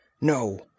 No